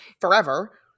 forever